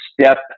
step